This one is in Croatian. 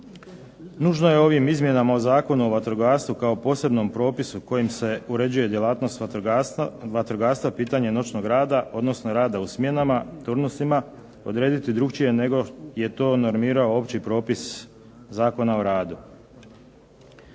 nužno je ovim izmjenama Zakona o vatrogastvu kao posebnom propisu kojim se uređuje djelatnost vatrogasca, pitanje noćnog rada, odnosno rada u smjenama, turnusima odrediti drugačije nego je to normirao opći propis Zakona o radu.